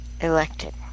elected